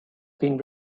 been